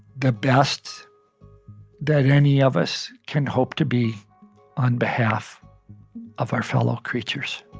the best that any of us can hope to be on behalf of our fellow creatures